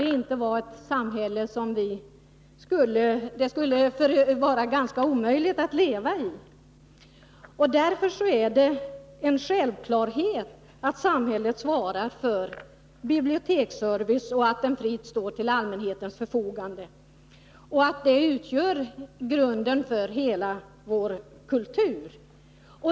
Ett sådant samhälle skulle vara nästan omöjligt att leva i. Det är en självklarhet att samhället skall svara för biblioteksservice — att böcker fritt står till allmänhetens förfogande. Det utgör grunden för hela vår kultur.